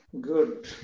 Good